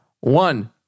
one